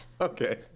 Okay